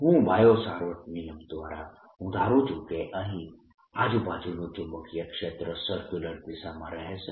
હું Biot Savart નિયમ દ્વારા હું ધારૂ છું કે અહીં આજુબાજુનું ચુંબકીય ક્ષેત્ર સરક્યુલર દિશામાં રહેશે